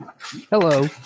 Hello